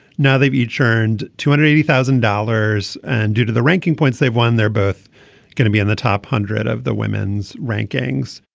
now they've each earned two hundred eighty thousand dollars and due to the ranking points they've won they're both going to be in the top hundred of the women's rankings.